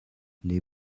les